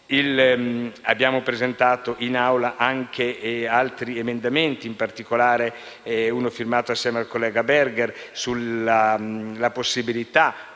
Abbiamo presentato in Aula anche altri emendamenti, in particolare uno, firmato insieme al collega Berger, sulla possibilità,